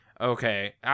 Okay